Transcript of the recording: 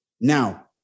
Now